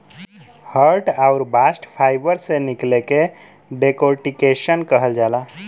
hurd आउर bast fibre के निकले के डेकोर्टिकेशन कहल जाला